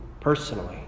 personally